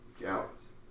gallons